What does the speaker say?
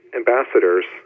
ambassadors